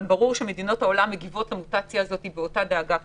אבל ברור שמדינות העולם מגיבות למוטציה הזאת באותה דאגה כמונו.